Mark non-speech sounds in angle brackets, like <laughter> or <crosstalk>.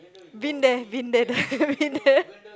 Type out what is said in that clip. been there been there done that <laughs> been there